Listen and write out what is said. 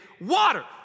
water